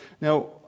Now